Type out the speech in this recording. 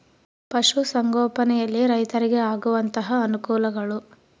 ಪಶುಸಂಗೋಪನೆಯಲ್ಲಿ ರೈತರಿಗೆ ಆಗುವಂತಹ ಅನುಕೂಲಗಳು?